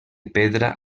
pedra